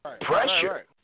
pressure